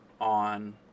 on